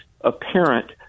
apparent